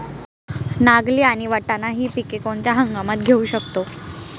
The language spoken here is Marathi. नागली आणि वाटाणा हि पिके कोणत्या हंगामात घेऊ शकतो?